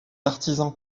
artisan